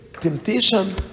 temptation